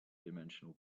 dimensional